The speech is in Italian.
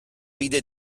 vide